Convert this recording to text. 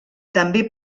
també